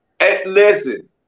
Listen